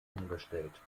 umgestellt